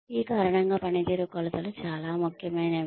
ఈ కారణంగా పనితీరు కొలతలు చాలా ముఖ్యమైనవి